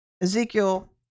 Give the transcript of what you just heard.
Ezekiel